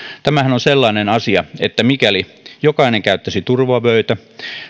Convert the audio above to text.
tämähän on sellainen asia että mikäli jokainen käyttäisi turvavöitä